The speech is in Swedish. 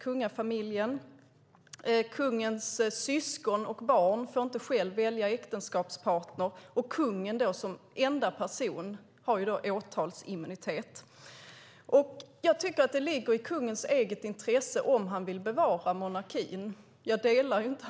Kungens syskon och barn får inte själva välja äktenskapspartner, och kungen som enda person har åtalsimmunitet. Jag delar förstås inte kungens åsikt att vi ska ha monarki, men självklart vill han fortsätta på det spåret.